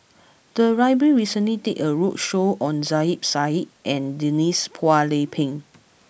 the library recently did a roadshow on Zubir Said and Denise Phua Lay Peng